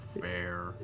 Fair